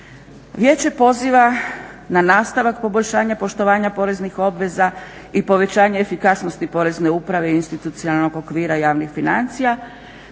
Vijeće poziva na nastavak poboljšanja poštovanja poreznih obveza i povećanje efikasnosti porezne uprave, institucionalnog okvira javnih financija,